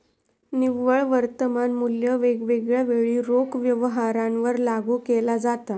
निव्वळ वर्तमान मुल्य वेगवेगळ्या वेळी रोख व्यवहारांवर लागू केला जाता